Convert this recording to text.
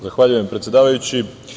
Zahvaljujem, predsedavajući.